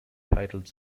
titles